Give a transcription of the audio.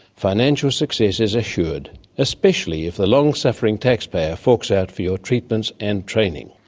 financial success is assured, especially if the long suffering taxpayer forks out for your treatments and training.